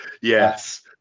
Yes